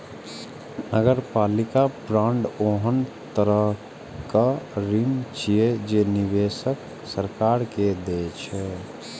नगरपालिका बांड ओहन तरहक ऋण छियै, जे निवेशक सरकार के दै छै